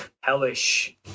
hellish